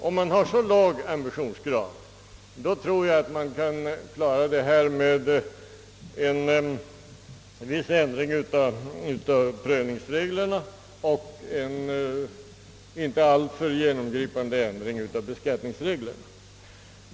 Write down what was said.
Om ambitionsgraden är så låg tror jag man kan klara saken genom viss ändring av prövningsreglerna och en inte alltför genomgripande ändring av beskattningsreglerna.